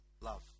love